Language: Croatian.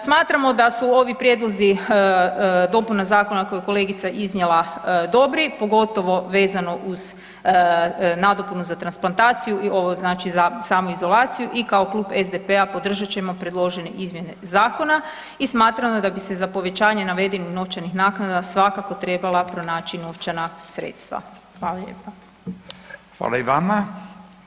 Smatramo da su ovi prijedlozi, dopuna zakona koju je kolegica iznijela dobri, pogotovo vezano uz nadopunu za transplantaciju i ovo znači za samoizolaciju i kao Klub SDP-a podržat ćemo predložene izmjene zakona i smatramo da bi se za povećanje navedenih novčanih naknada svakako trebala pronaći novčana sredstva.